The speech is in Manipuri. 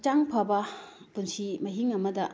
ꯍꯛꯆꯥꯡ ꯐꯕ ꯄꯨꯟꯁꯤ ꯃꯍꯤꯡ ꯑꯃꯗ